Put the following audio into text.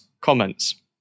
comments